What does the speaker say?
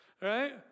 Right